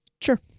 Sure